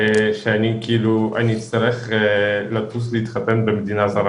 שאני אצטרך לטוס להתחתן במדינה זרה